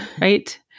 right